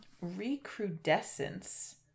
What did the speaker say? Recrudescence